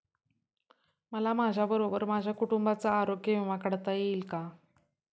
मला माझ्याबरोबर माझ्या कुटुंबाचा आरोग्य विमा काढता येईल का?